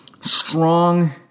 strong